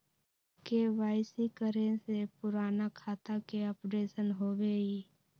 KYC करें से पुराने खाता के अपडेशन होवेई?